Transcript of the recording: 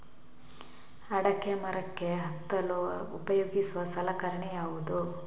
ಅಡಿಕೆ ಮರಕ್ಕೆ ಹತ್ತಲು ಉಪಯೋಗಿಸುವ ಸಲಕರಣೆ ಯಾವುದು?